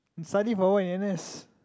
study for what in n_s